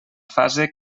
fase